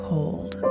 Hold